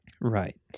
Right